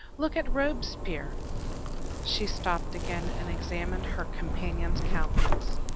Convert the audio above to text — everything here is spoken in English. look at robespierre she stopped again and examined her companion's countenance.